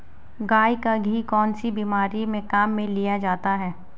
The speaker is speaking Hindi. गाय का घी कौनसी बीमारी में काम में लिया जाता है?